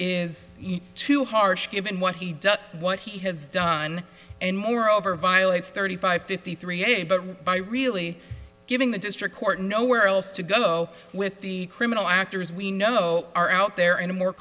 is too harsh given what he does what he has done and moreover violates thirty five fifty three a but by really giving the district court and nowhere else to go with the criminal actors we know are out there in a more